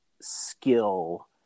skill